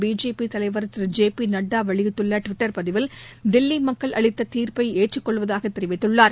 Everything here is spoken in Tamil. பிஜேபி தலைவர் திரு ஜேபி நட்டா வெளியிட்டுள்ள ட்விட்டர் பதிவில் தில்லி மக்கள் அளித்த தீர்ப்பை ஏற்றுக்கொள்வதாக தெரிவித்துள்ளார்